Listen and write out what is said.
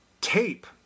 tape